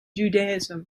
judaism